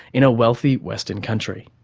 in a wealthy western country.